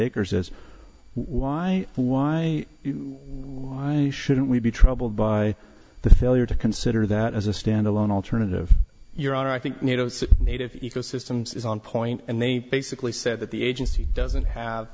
acres is why why shouldn't we be troubled by the failure to consider that as a stand alone alternative your honor i think nato says native ecosystem's is on point and they basically said that the agency doesn't have